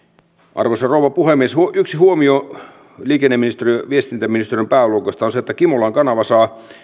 arvoisa rouva puhemies yksi huomio liikenne ja viestintäministeriön pääluokasta on se että kimolan kanava saa